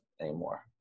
anymore